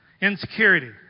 Insecurity